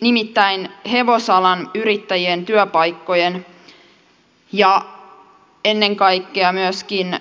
nimittäin hevosalan yrittäjien työpaikkojen ja ennen kaikkea myöskin